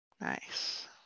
Nice